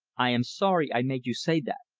i am sorry i made you say that.